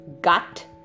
gut